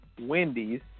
Wendy's